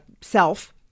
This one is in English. self